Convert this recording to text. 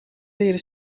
leren